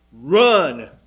Run